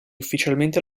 ufficialmente